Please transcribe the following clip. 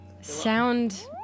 sound